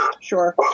Sure